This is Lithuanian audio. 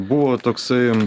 buvo toksai